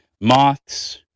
Moths